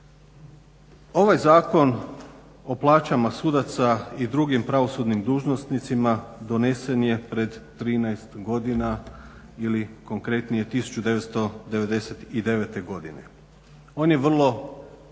Ovaj Zakon o plaćama sudaca i drugim pravosudnim dužnosnicima donesen je pred 13 godina ili konkretnije 1999. godine. On je vrlo mali,